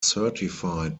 certified